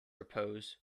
repose